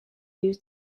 use